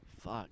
Fuck